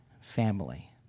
family